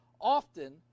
often